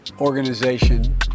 organization